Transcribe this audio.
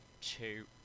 two